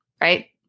right